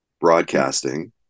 broadcasting